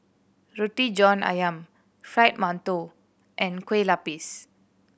Roti John Ayam Fried Mantou and Kueh Lupis